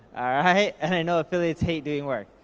i and i know affiliates hate doing work.